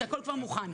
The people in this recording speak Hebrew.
כי הכול כבר מוכן.